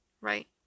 right